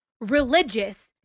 religious